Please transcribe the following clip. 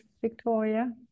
Victoria